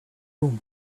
room